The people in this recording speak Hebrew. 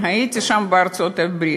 אני הייתי שם בארצות-הברית,